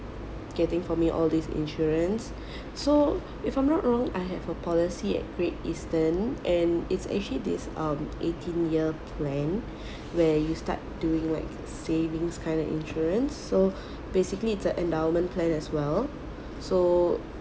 getting for me all these insurance so if I'm not wrong I have a policy at great eastern and it's actually this um eighteen year plan where you start doing like savings kinda insurance so basically it's a endowment plan as well so